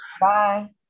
Bye